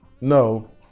No